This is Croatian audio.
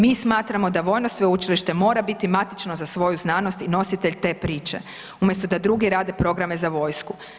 Mi smatramo da vojno sveučilište mora biti matično za svoju znanost i nositelj te priče umjesto da drugi rade programe za vojsku.